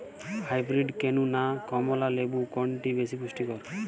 Hybrid কেনু না কমলা লেবু কোনটি বেশি পুষ্টিকর?